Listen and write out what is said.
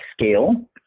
scale